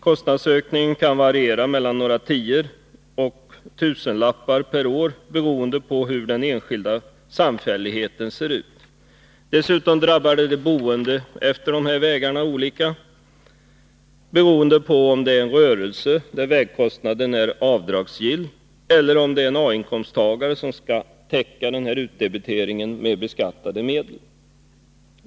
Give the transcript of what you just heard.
Kostnadsökningen kan variera mellan några tior och tusenlappar per år beroende på hur den enskilda samfälligheten ser ut. De boende utefter dessa vägar drabbas dessutom olika beroende på om vederbörande har en rörelse, där vägkostnaden är en avdragsgill kostnad, eller om vederbörande har A-inkomst och skall täcka utdebiteringen med beskattade medel.